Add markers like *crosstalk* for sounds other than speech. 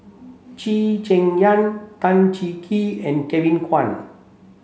*unintelligible* Cheng Yan Tan Cheng Kee and Kevin Kwan